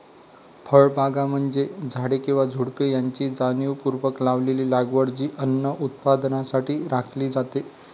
फळबागा म्हणजे झाडे किंवा झुडुपे यांची जाणीवपूर्वक लावलेली लागवड जी अन्न उत्पादनासाठी राखली जाते